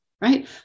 right